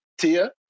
Tia